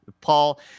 Paul